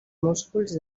músculs